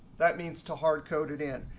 that means to hard code it in.